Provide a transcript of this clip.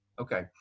Okay